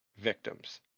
victims